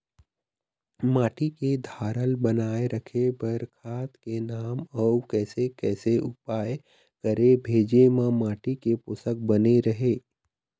माटी के धारल बनाए रखे बार खाद के नाम अउ कैसे कैसे उपाय करें भेजे मा माटी के पोषक बने रहे?